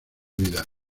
vida